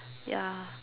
ya